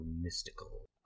mystical